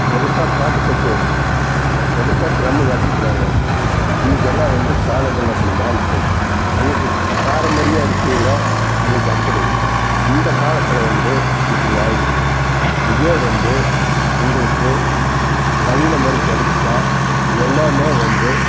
எடுத்தால் பாட்டு கச்சேரி எடுத்தால் ட்ரம்மு வாசிக்கிறாங்க இன்னிக்கு எல்லாம் வந்து காலங்கள் அப்படி மாறி போச்சு அன்னிக்கு பாரம்பரியா இருக்கையில் அன்னிக்கு அப்படி இந்த காலத்தில் வந்து இப்படி ஆகிடுச்சி இதே வந்து உங்களுக்கு நவீன முறைக்கு எடுத்துகிட்டா எல்லாம் வந்து